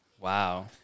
Wow